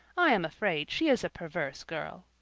i am afraid she is a perverse girl.